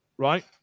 Right